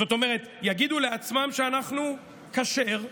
זאת אומרת, יגידו לצאנם שאנחנו 'כשר',